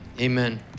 amen